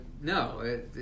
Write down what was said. no